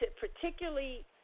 Particularly